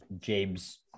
James